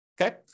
Okay